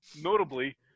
Notably